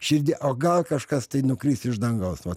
širdį o gal kažkas tai nukris iš dangaus vat